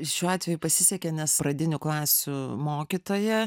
šiuo atveju pasisekė nes pradinių klasių mokytoja